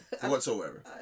Whatsoever